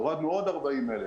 הורדנו עוד 40,000,